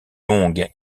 longue